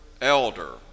elder